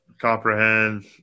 comprehend